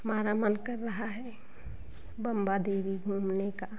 हमारा मन कर रहा है बंबा देवी घूमने का